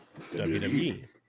WWE